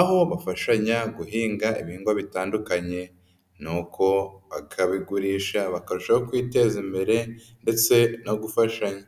aho bafashanya guhinga ibihingwa bitandukanye nuko bakabigurisha bakarushaho kwiteza imbere ndetse no gufashanya.